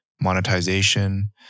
monetization